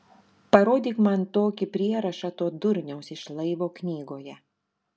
parodyk man tokį prierašą to durniaus iš laivo knygoje